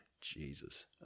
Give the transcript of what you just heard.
jesus